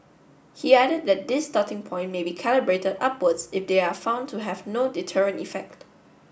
he added that this starting point may be calibrated upwards if they are found to have no deterrent effect